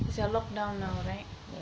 is on lock down now right